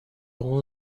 اون